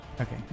Okay